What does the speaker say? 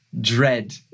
dread